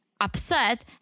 upset